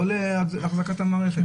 לא להחזקת המערכת?